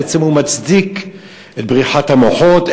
בעצם הוא מצדיק את בריחת המוחות,